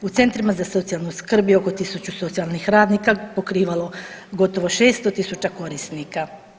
U centrima za socijalnu skrb je oko 1000 socijalnih radnika pokrivalo gotovo 600.000 korisnika.